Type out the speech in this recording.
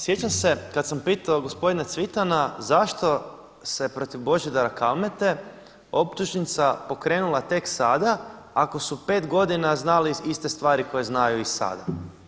Sjećam se kad sam pitao gospodina Cvitana zašto se protiv Božidara Kalmete optužnica pokrenula tek sada ako su pet godina znali iste stvari koje znaju i sada.